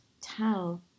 tell